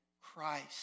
Christ